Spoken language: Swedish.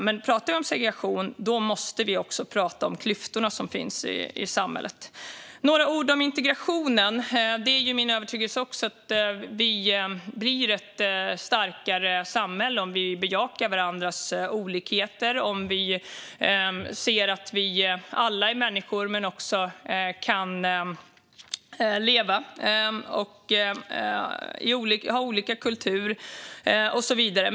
Men om vi pratar om segregation måste vi också prata om de klyftor som finns i samhället. Jag vill säga några ord om integrationen. Det är min övertygelse att vi blir ett starkare samhälle om vi bejakar varandras olikheter och om vi ser att vi alla är människor och att vi kan leva olika och ha olika kulturer och så vidare.